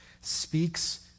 speaks